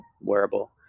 wearable